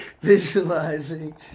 Visualizing